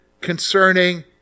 concerning